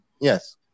Yes